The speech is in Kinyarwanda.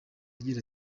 agira